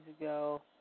ago